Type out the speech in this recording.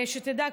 שתדע,